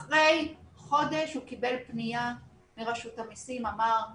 אחרי חודש הוא קיבל פנייה מרשות המסים שאמרו